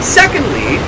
secondly